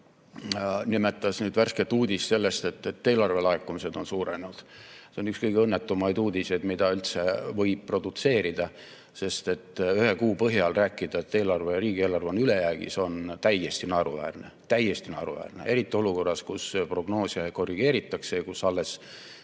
nimetas värsket uudist sellest, et eelarvelaekumised on suurenenud. See on üks kõige õnnetumaid uudiseid, mida üldse võib produtseerida. Sest ühe kuu põhjal rääkida, et riigieelarve on ülejäägis, on täiesti naeruväärne. Täiesti naeruväärne! Eriti olukorras, kus prognoose korrigeeritakse, kus sõja